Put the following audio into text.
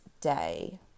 day